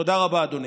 תודה רבה, אדוני.